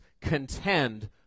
contend